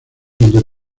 donde